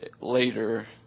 later